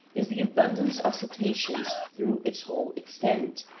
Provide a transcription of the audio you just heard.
is the abundance of cetaceans through its whole extent.